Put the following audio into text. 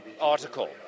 article